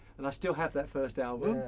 and i still have that first album.